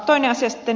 toinen asia sitten